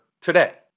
today